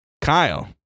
Kyle